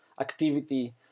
activity